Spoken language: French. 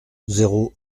zéro